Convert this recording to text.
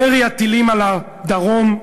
ירי הטילים על הדרום,